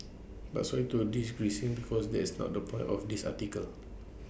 but sorry to digressing because that's not the point of this article